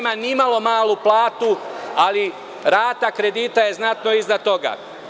Nema ni malo malu platu, ali rata kredita je znatno iznad toga.